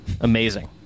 Amazing